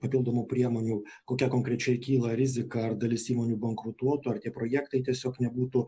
papildomų priemonių kokia konkrečiai kyla rizika ar dalis įmonių bankrutuotų ar tie projektai tiesiog nebūtų